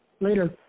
Later